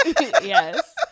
Yes